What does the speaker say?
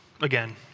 Again